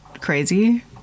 crazy